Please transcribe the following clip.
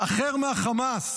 אחר מהחמאס.